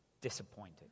disappointed